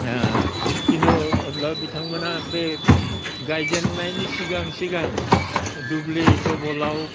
खिन्थु अब्ला बिथांमोनहा बे गायजेननायनि सिगां सिगां दुब्लि दबलाव